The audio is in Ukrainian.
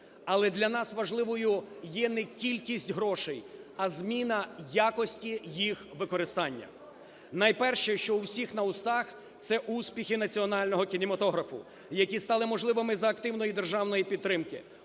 Але для нас важливою є не кількість грошей, а зміна якості їх використання. Найперше, що у всіх на устах – це успіхи національного кінематографу, які стали можливими за активної державної підтримки.